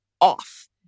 off